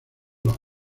los